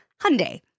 Hyundai